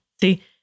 See